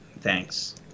Thanks